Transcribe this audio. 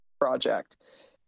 project